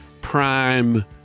prime